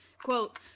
quote